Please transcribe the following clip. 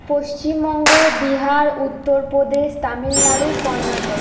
Paschimbanga Bihar Uttar Pradesh Tamil Nadu Karnataka